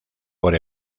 por